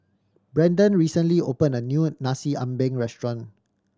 Brenden recently opened a new Nasi Ambeng restaurant